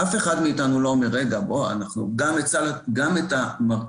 אף אחד מאיתנו לא מציע לפלח גם את מרכיב